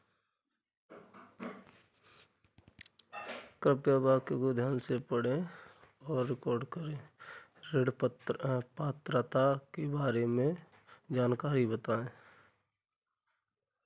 ऋण पात्रता के बारे में जानकारी बताएँ?